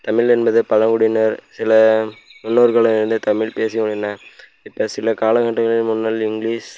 தமிழ் என்பது பழங்குடியினர் சில முன்னோர்கள் வந்து தமிழ் பேசி வந்துள்ளனர் இப்போ சில காலகட்டங்களுக்கு முன்னால் இங்கிலிஷ்